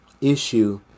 issue